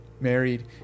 married